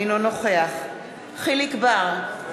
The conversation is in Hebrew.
אינו נוכח יחיאל חיליק בר,